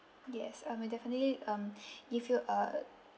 yes I will definitely um give you a